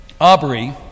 Aubrey